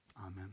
amen